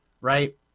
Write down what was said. right